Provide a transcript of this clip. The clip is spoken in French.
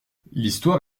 l’histoire